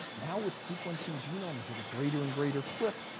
now, with sequencing genomes at a greater and greater clip,